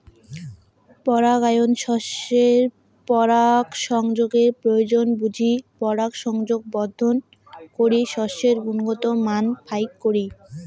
পরাগায়ন শস্যের পরাগসংযোগের প্রয়োজন বুঝি পরাগসংযোগ বর্ধন করি শস্যের গুণগত মান ফাইক করি